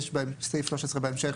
יש בסעיף (13) בהמשך,